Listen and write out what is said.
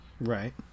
Right